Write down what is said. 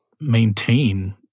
maintain